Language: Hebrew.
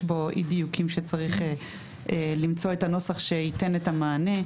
בו אי דיוקים שצריך למצוא את הנוסח שייתן את המענה,